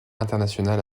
international